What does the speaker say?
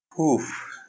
Oof